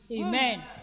Amen